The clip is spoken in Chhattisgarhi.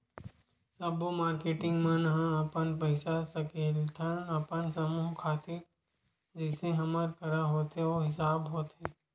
सब्बो मारकेटिंग मन ह हमन पइसा सकेलथन अपन समूह खातिर जइसे हमर करा होथे ओ हिसाब होथे